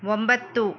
ಒಂಬತ್ತು